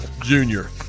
Junior